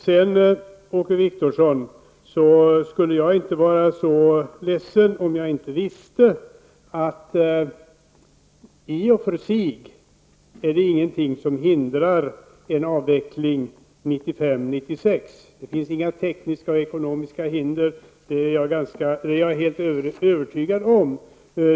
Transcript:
Sedan till Åke Wictorsson: Jag skulle inte vara så ledsen om jag inte visste att det i och för sig inte är någonting som hindrar en avveckling 1995/96. Det finns inga tekniska eller ekonomiska hinder. Det är jag helt övertygad om.